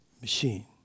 machine